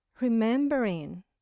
remembering